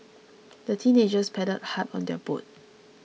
the teenagers paddled hard on their boat